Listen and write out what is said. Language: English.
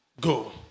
Go